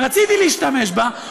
רציתי להשתמש בה,